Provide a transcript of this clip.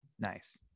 Nice